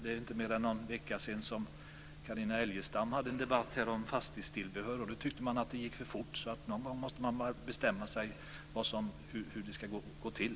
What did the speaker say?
Det är inte mer än någon vecka sedan som Carina Elgestam hade en debatt här om fastighetstillbehör. Då tyckte man att det gick för fort. Någon gång måste man bestämma hur det ska gå till.